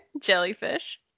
jellyfish